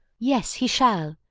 yes! he shall.